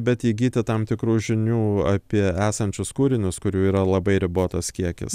bet įgyti tam tikrų žinių apie esančius kūrinius kurių yra labai ribotas kiekis